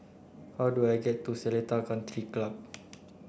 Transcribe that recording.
how do I get to Seletar Country Club